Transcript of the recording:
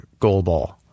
Goalball